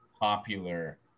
popular